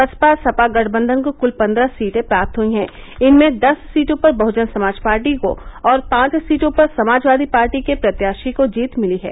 बसपा सपा गठबंधन को क्ल पन्द्रह सीटें प्राप्त हुयी हैं इनमें दस सीटों पर बहजन समाज पार्टी को और पांच सीटों पर समाजवादी पार्टी के प्रत्याशी को जीत मिली हैं